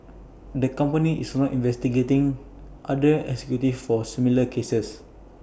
the company is not investigating other executives for similar cases